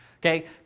Okay